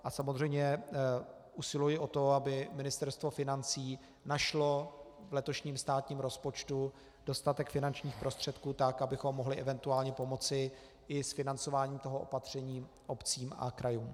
A samozřejmě usiluji o to, aby Ministerstvo financí našlo v letošním státním rozpočtu dostatek finančních prostředků tak, abychom mohli eventuálně pomoci i s financováním toho opatření obcím a krajům.